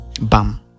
bam